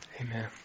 Amen